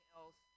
else